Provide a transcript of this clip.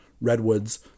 redwoods